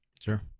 Sure